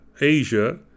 Asia